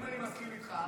אם אני מסכים איתך,